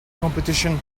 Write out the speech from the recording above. competition